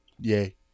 Yay